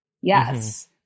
yes